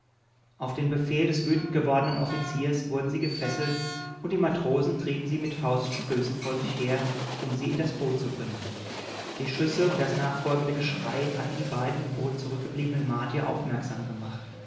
auf den befehl des wütend gewordenen offiziers wurden sie gefesselt und die matrosen trieben sie mit fauststößen vor sich her um sie in das boot zu bringen die schüsse und das nachfolgende geschrei hatten die beiden im boot zurückgebliebenen martier aufmerksam gemacht